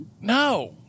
No